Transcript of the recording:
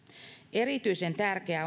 erityisen tärkeää